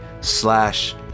slash